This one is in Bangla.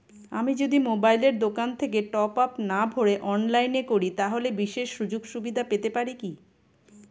আমি যদি মোবাইলের দোকান থেকে টপআপ না ভরে অনলাইনে করি তাহলে বিশেষ সুযোগসুবিধা পেতে পারি কি?